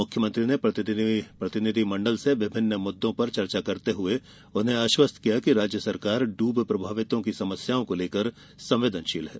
मुख्यमंत्री ने प्रतिनिधि मंडल से विभिन्न मुद्दों पर चर्चा करते हुए उन्हें आश्वस्त किया कि राज्य सरकार डूब प्रभावितों की समस्याओं को लेकर संवेदनशील है